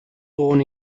born